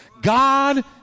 God